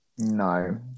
No